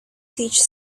teach